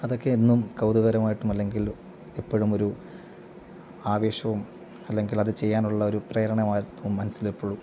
അതൊക്കെ എന്നും കൗതുകകരമായിട്ടും അല്ലെങ്കിൽ ഇപ്പോഴും ഒരു ആവേശവും അല്ലെങ്കിലത് ചെയ്യാനുള്ള ഒരു പ്രേരണ മനസ്സിൽ എപ്പോഴും